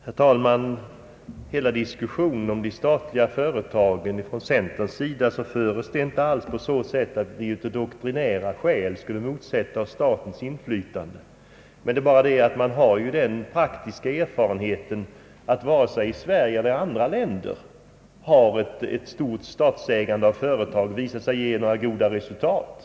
Herr talman! Diskussionen om de statliga företagen förs från centerns sida inte alls på det sättet att vi av doktrinära skäl skulle motsätta oss statens inflytande. Vi har emellertid den praktiska erfarenheten att varken i Sverige eller i andra länder har ett stort statsägande av företag visat sig ge goda resultat.